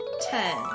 Ten